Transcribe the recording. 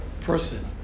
person